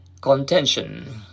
contention